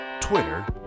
Twitter